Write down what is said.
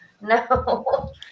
no